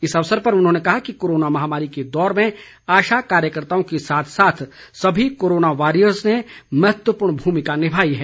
इस अवसर पर उन्होंने कहा कि कोरोना महामारी के दौर में आशा कार्यकर्ताओं के साथ साथ सभी कोरोना वॉरियर्स ने महत्वपूर्ण भूमिका निभाई है